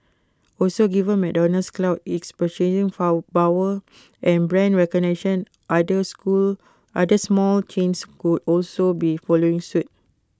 also given McDonald's clout its purchasing power and brand recognition other school other small chains could also be following suit